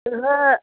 ओहो